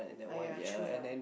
ah ya true lah